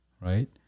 Right